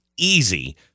Easy